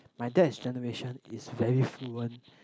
my dad's generation is very fluent